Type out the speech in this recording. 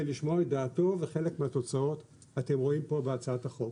לשמוע את דעתו וחלק מהתוצאות אתם רואים פה בהצעת החוק.